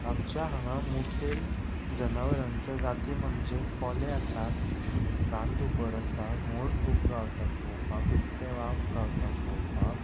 आमच्या हांगा मुखेल जनावरांच्यो जाती म्हणजे कोले आसात रानदुकोर आसा मोर खूब गावतात पोवपाक बिबटे वाग गावता पोवपाक